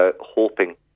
hoping